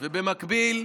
ובמקביל,